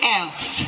else